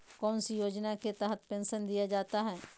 कौन सी योजना के तहत पेंसन दिया जाता है?